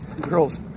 girls